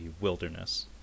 wilderness